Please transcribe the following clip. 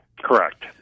correct